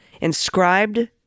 inscribed